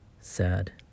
sad